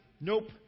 Nope